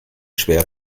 schwer